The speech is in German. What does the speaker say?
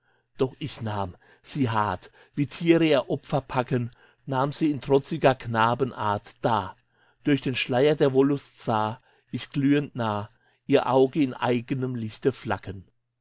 doch ich nahm sie hart wie tiere ihre opfer packen nahm sie in trotziger knabenart da durch den schleier der wollust sah ich glühend nah ihr auge in eigenem lichte